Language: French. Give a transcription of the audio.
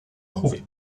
prouvée